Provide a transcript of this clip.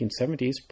1970s